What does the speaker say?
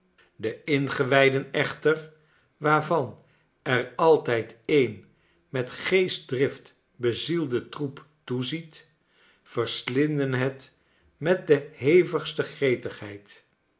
de ingewijden echter waarvan er altijd een met geestdrift bezielde troep toeziet verslinden het met de hevigste gretigheid